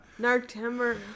Narctember